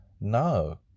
No